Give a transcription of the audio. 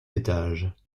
étages